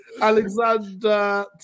Alexander